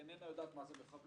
אינה יודעת מה זה מחבלות,